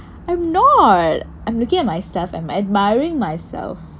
I'm not I'm looking at myself I'm admiring myself